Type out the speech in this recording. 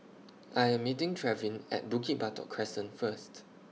I Am meeting Trevin At Bukit Batok Crescent First